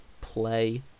Play